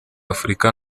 afurika